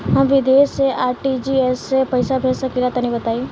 हम विदेस मे आर.टी.जी.एस से पईसा भेज सकिला तनि बताई?